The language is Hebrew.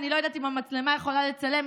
אני לא יודעת אם המצלמה יכולה לצלם,